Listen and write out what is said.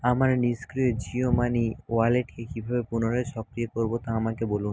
আমার নিষ্ক্রিয় জিও মানি ওয়ালেটকে কীভাবে পুনরায় সক্রিয় করবো তা আমাকে বলুন